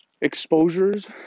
exposures